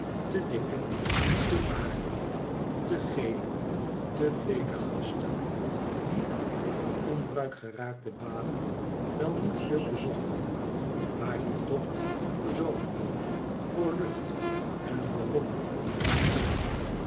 te dikke te magere te gele te bleeke gasten die de in onbruik geraakte baden wel niet veel bezochten maar hier toch verzomerden voor lucht en voor lommer en koelte